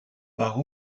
par